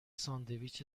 ساندویچ